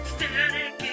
Static